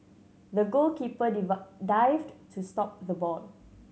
the goalkeeper dived to stop the ball